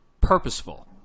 purposeful